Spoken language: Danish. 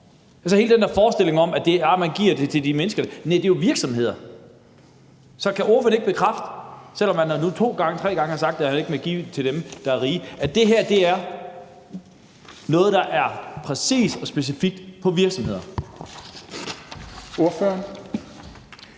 Til hele den der forestilling om, at man giver det til de mennesker, vil jeg sige, at det jo er til virksomhederne. Så kan ordføreren ikke bekræfte, selv om man nu to eller tre gange har sagt, at han ikke vil give det til dem, der er rige, at det her er noget, der præcist og specifikt er møntet på virksomheder?